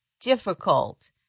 difficult